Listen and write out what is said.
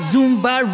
Zumba